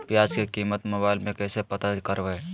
प्याज की कीमत मोबाइल में कैसे पता करबै?